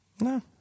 no